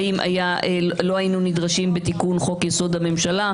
האם לא היינו נדרשים בתיקון חוק-יסוד: הממשלה,